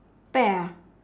pear ah